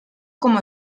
como